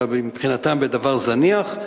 אלא מבחינתן בדבר זניח,